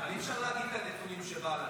אבל אי-אפשר להביא את הנתונים שבא לנו.